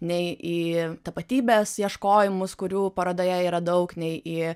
nei į tapatybės ieškojimus kurių parodoje yra daug nei į